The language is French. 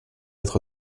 être